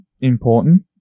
important